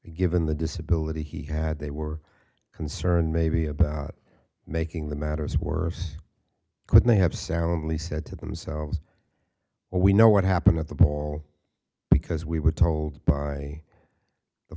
happened given the disability he had they were concerned maybe about making the matters worse could they have soundly said to themselves well we know what happened at the ball because we were told by the